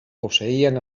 posseïen